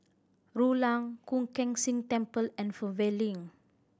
Rulang Koon Keng Sing Temple and Fernvale Link